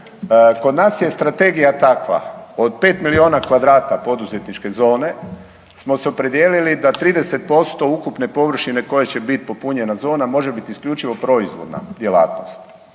Kod nas je strategija takva, od 5 milijuna kvadrata poduzetničke zone smo se opredijelili da 30% ukupne površine koje će biti popunjena zona, može biti isključivo proizvodna djelatnost.